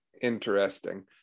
Interesting